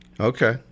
Okay